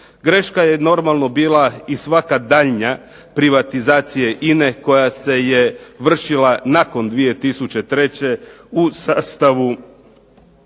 Greška je normalno bila i svaka daljnja privatizacija INA-e koja se je vršila nakon 2003. u sastavu